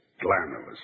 glamorous